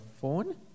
phone